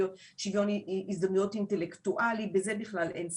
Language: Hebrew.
שוויון הזדמנויות אינטלקטואלי בכל זה בכלל אין ספק.